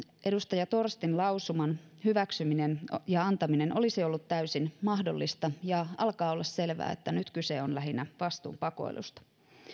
edustaja torstin lausuman hyväksyminen ja antaminen olisi ollut täysin mahdollista ja alkaa olla selvää että nyt kyse on lähinnä vastuun pakoilusta